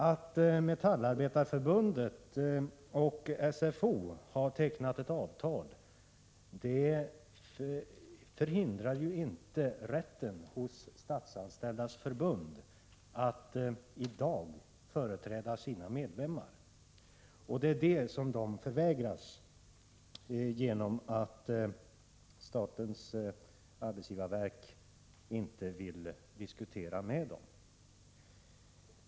Att Metallindustriarbetareförbundet och SFO har tecknat ett avtal utesluter ju inte rätten hos Statsanställdas förbund att i dag företräda sina medlemmar. Det är det som de förvägrats genom att statens arbetsgivarverk inte vill diskutera med dem.